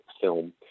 film